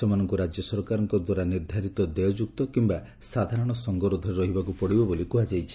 ସେମାନଙ୍ଙୁ ରାକ୍ୟ ସରକାରଙ୍କ ଦ୍ୱାରା ନିର୍ବ୍ବାରିତ ଦେୟଯୁକ୍ତ କିମ୍ବା ସାଧାରଣ ସଂଗରୋଧରେ ରହିବାକୁ ପଡ଼ିବ ବୋଲି କୁହାଯାଇଛି